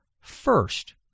First